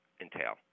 entail